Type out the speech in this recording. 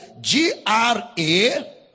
G-R-A